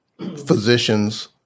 physicians